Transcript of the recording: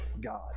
God